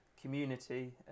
community